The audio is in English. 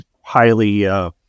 highly